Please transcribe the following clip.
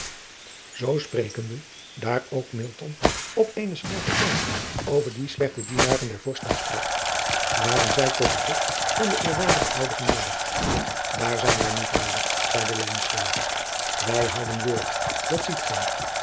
zoo sprekende daar ook milton op eenen scherpen toon over die slechte dienaren der vorsten sprak waren zij tot de hut van den eerwaardigen oude genaderd daar zijn wij nu vader zeide lijnslager wij houden woord dat ziet gij